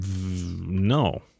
No